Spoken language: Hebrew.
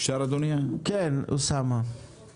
אוסאמה, בבקשה.